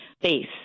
base